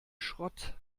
schrott